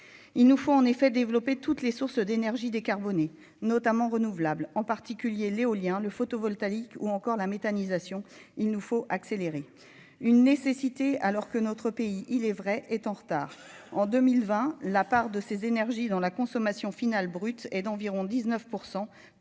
il nous faut en effet développer toutes les sources d'énergies décarbonnées notamment renouvelable, en particulier l'éolien, le photovoltaïque ou encore la méthanisation il nous faut accélérer une nécessité, alors que notre pays, il est vrai, est en retard en 2020 la part de ces énergies dans la consommation finale brute et d'environ 19